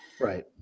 Right